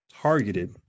targeted